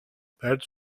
cette